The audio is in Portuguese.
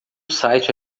site